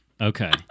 Okay